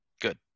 Good